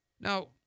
Now